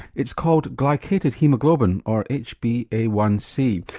it's called glycated haemoglobin or h b a one c.